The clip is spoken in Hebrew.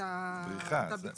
את הבריחה, כן.